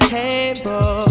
table